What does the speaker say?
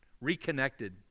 reconnected